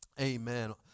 Amen